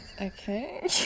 Okay